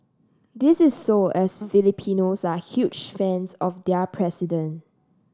this is so as Filipinos are huge fans of their president